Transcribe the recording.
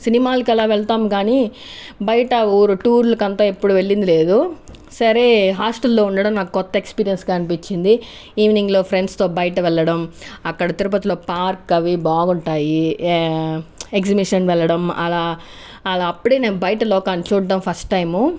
సినిమాలకు అలా వెళ్తాము కానీ బయట ఊ టూర్లకు అంతా ఎప్పుడు వెళ్ళింది లేదు సరే హాస్టల్లో ఉండడం నాకు కొత్త ఎక్స్పీరియన్స్గా అనిపించింది ఈవెనింగ్లో ఫ్రెండ్స్తో బయట వెళ్ళడం అక్కడ తిరుపతిలో పార్క్ అవి బాగుంటాయి ఏ ఎగ్జిబిషన్ వెళ్ళడం అలా అలా అప్పుడు నేను బయట లోకాన్ని చూడడం ఫస్ట్ టైం